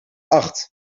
acht